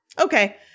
Okay